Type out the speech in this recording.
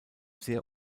sehr